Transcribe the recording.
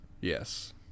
yes